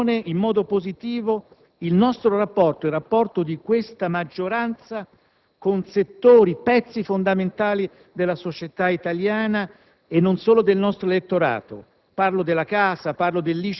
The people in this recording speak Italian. in discussione in modo positivo il nostro rapporto ed il rapporto di questa maggioranza con settori, pezzi fondamentali della società italiana e non solo del nostro elettorato;